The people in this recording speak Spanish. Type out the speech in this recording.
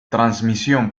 transmisión